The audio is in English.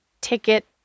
ticket